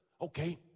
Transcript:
Okay